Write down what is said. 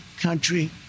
country